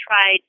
tried